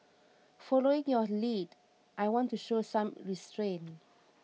following your lead I want to show some restraint